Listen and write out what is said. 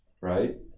right